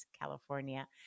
California